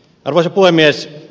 arvoisa puhemies